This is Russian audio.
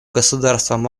государством